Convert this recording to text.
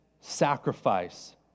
sacrifice